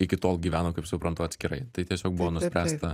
iki tol gyveno kaip suprantu atskirai tai tiesiog buvo nuspręsta